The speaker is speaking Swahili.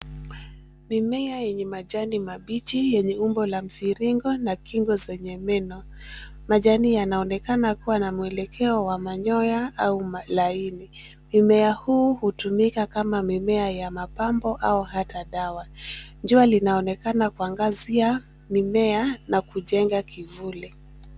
Ni mimea yenye majani mabichi yenye umbo la mviringo na kingo zenye meno. Majani yanaonekana kua na mwelekeo wa manyoa au laini. Mimea huu hutumika kama mimea ya mapambo au hata dawa. Jua linaonekana kuangazia mimea na kujenga kivuli.